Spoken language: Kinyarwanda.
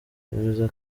bemeza